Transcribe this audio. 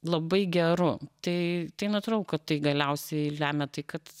labai geru tai natūralu kai tai galiausiai lemia tai kad